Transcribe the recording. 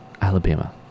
Alabama